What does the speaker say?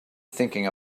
thinking